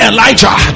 Elijah